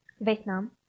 Vietnam